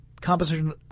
composition –